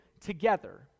together